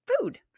food